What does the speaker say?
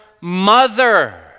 mother